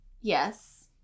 Yes